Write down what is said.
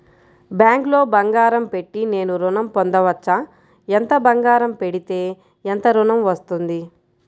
బ్యాంక్లో బంగారం పెట్టి నేను ఋణం పొందవచ్చా? ఎంత బంగారం పెడితే ఎంత ఋణం వస్తుంది?